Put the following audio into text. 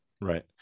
right